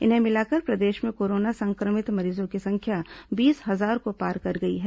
इन्हें मिलाकर प्रदेश में कोरोना संक्रमित मरीजों की संख्या बीस हजार को पार कर गई है